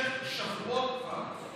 שבמשך שבועות כבר,